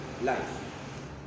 life